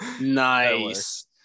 Nice